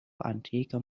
antiker